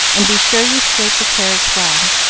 and be sure you scrape the carrots well.